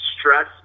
stress